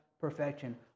perfection